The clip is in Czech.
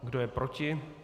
Kdo je proti?